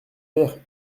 père